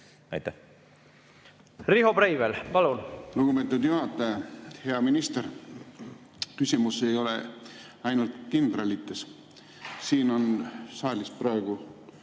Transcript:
palun! Riho Breivel, palun! Lugupeetud juhataja! Hea minister! Küsimus ei ole ainult kindralites. Siin on saalis praegu